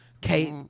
Kate